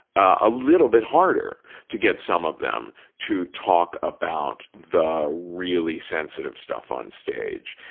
a little bit harder to get some of them to talk about the really sensitive stuff on stage,